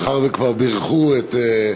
הצעת חוק עבודת נשים (תיקון,